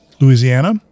Louisiana